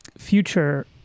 future